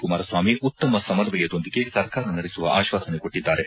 ಕುಮಾರಸ್ವಾಮಿ ಉತ್ತಮ ಸಮನ್ವಯದೊಂದಿಗೆ ಸರ್ಕಾರ ನಡೆಸುವ ಆಶ್ವಾಸನೆ ಕೊಟ್ಟಿದ್ದಾರೆ